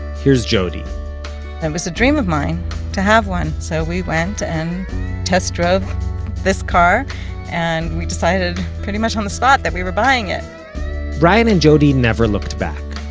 here's jody it and was a dream of mine to have one. so we went and test drove this car and we decided pretty much on the spot that we were buying it brian and jody never looked back.